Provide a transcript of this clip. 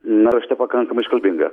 na raštė pakankamai iškalbinga